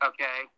Okay